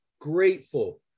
grateful